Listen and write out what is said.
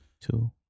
Two